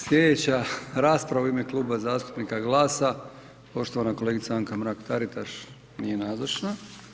Slijedeća rasprava u ime Kluba zastupnika GLAS-a poštovana kolegica Anka Mrak Taritaš nije nazočna.